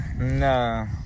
No